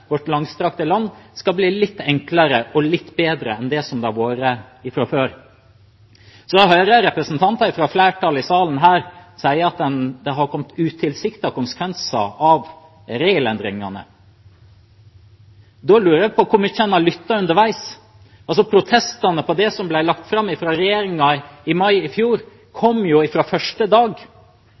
vårt langstrakte land skal bli litt enklere og litt bedre enn det den har vært før. Så hører jeg representanter fra flertallet i salen her si at det har kommet utilsiktede konsekvenser av regelendringene. Da lurer jeg på hvor mye en har lyttet underveis. Protestene mot det som ble lagt fram fra regjeringen i mai i fjor, kom jo fra første dag.